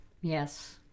Yes